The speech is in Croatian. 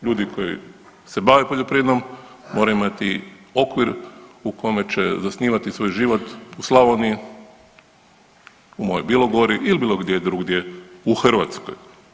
Ljudi koji se bave poljoprivredom, moraju imati okvir u kome će zasnivati svoj život u Slavoniji, u mojoj Bilogori ili bilo gdje drugdje u Hrvatskoj.